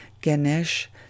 Ganesh